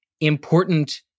important